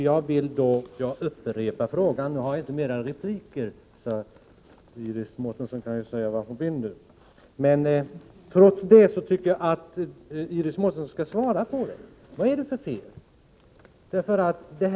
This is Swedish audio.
Jag har inte rätt till fler repliker, så Iris Mårtensson kan säga vad hon vill nu. Jag tycker emellertid att hon skall svara på denna fråga: Vad är det för fel på den alternativa planen?